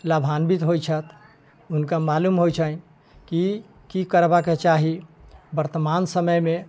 लाभान्वित होइ छथि हुनका मालूम होइ छनि कि की करबाक चाही वर्तमान समयमे